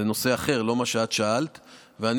זה נושא אחר, לא מה שאת שאלת עליו.